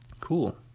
Cool